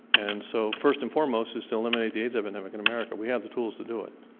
and so, first and foremost, is to eliminate the aids epidemic in america. we have the tools to do it.